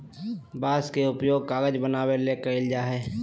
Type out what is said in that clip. बांस के उपयोग कागज बनावे ले कइल जाय हइ